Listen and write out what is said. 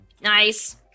nice